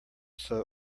sew